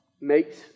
makes